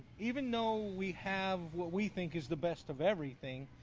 even though we have what we think is the best of everything,